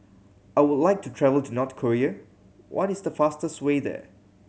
I would like to travel to North Korea what is the fastest way there